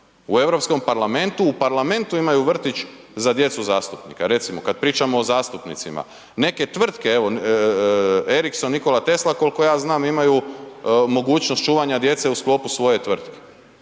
u parlamentu imaju vrtić za djecu zastupnika, recimo kad pričamo o zastupnicima. Neke tvrtke evo Ericsson Nikola Tesla koliko ja znam imaju mogućnost čuvanja djece u sklopu svoje tvrtke.